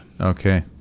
Okay